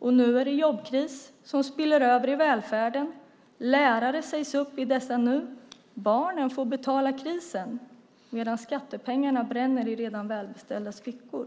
Nu är det en jobbkris som spiller över i välfärden. Lärare sägs upp i detta nu. Barnen får betala krisen medan skattepengarna bränner i redan välbeställdas fickor.